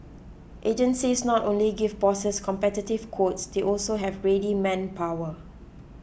agencies not only give bosses competitive quotes they also have ready manpower